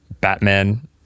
Batman